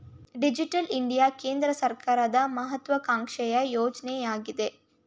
digital India ಕೇಂದ್ರ ಸರ್ಕಾರದ ಮಹತ್ವಾಕಾಂಕ್ಷೆಯ ಯೋಜನೆಯಗಿದೆ